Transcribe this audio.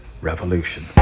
Revolution